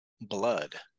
blood